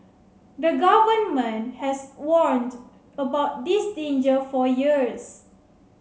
the Government has warned about this danger for years